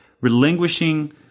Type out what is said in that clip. relinquishing